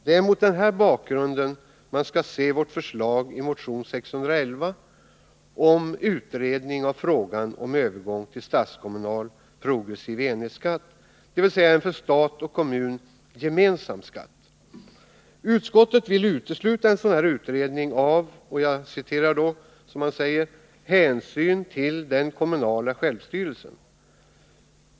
Det är mot denna bakgrund man skall se vårt förslag i motion 611 om utredning av frågan om övergång till statskommunal progressiv enhetsskatt, dvs. en för stat och kommun gemensam skatt. Utskottet vill utesluta en sådan utredning av ”hänsyn till den kommunala självstyrelsen”.